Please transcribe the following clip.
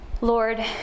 Lord